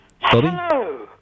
Hello